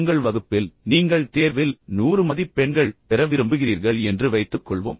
உங்கள் வகுப்பில் நீங்கள் தேர்வில் 100 மதிப்பெண்கள் பெற விரும்புகிறீர்கள் என்று வைத்துக்கொள்வோம்